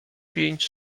pięć